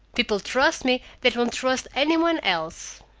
people trust me that won't trust any one else.